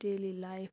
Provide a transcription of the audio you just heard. daily life